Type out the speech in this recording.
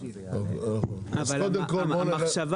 המחשבה